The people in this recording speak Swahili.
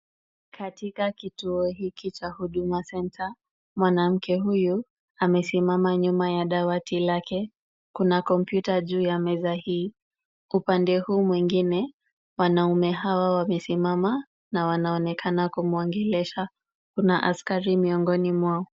Katika kituo hiki cha huduma center , mwanamke huyu amesimama nyuma ya dawati lake. Kuna kompyuta juu ya meza hii. Kwa upande huu mwingine, wanaume hawa wamesimama na wanaonekana kumuongelesha. Kuna askari miongoni mwao.